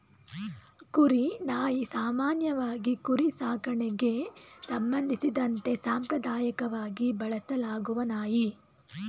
ಕುರಿ ನಾಯಿ ಸಾಮಾನ್ಯವಾಗಿ ಕುರಿ ಸಾಕಣೆಗೆ ಸಂಬಂಧಿಸಿದಂತೆ ಸಾಂಪ್ರದಾಯಕವಾಗಿ ಬಳಸಲಾಗುವ ನಾಯಿ